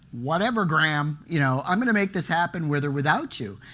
whatever, gram. you know, i'm going to make this happen with or without you.